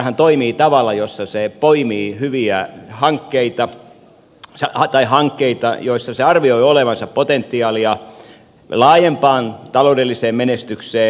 sitrahan toimii tavalla jossa se poimii hyviä hankkeita tai hankkeita joissa se arvioi olevan potentiaalia laajempaan taloudelliseen menestykseen